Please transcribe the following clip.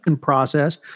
process